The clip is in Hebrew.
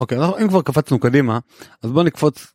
אם כבר קפצנו קדימה אז בוא נקפוץ.